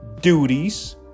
duties